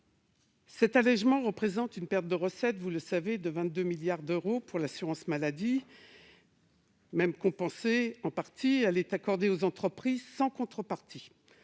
Cet allégement représente une perte de recettes annuelle de 22 milliards d'euros pour l'assurance maladie. Compensé en partie, il est accordé aux entreprises sans contrepartie.